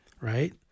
right